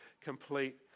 complete